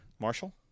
Marshall